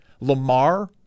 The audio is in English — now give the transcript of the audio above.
Lamar